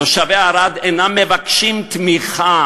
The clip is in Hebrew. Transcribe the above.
תושבי ערד אינם מבקשים תמיכה.